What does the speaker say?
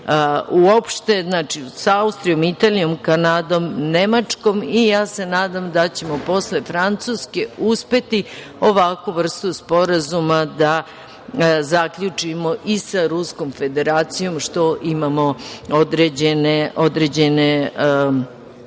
znači, sa Austrijom, Italijom, Kanadom, Nemačkom i nadam se da ćemo posle Francuske uspeti ovakvu vrstu sporazuma da zaključimo i sa Ruskom Federacijom, pošto imamo određene